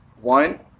one